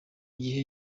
gihe